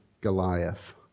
Goliath